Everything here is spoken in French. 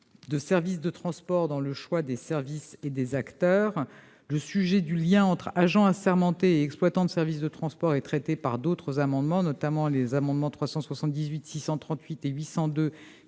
de services de transport dans le choix des services et des acteurs. La question du lien entre agents assermentés et exploitants de services de transport est l'objet d'autres amendements, notamment les amendements identiques